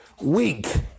Weak